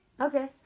Okay